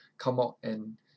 come out and